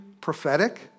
prophetic